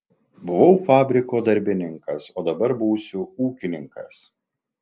buvau fabriko darbininkas o dabar būsiu ūkininkas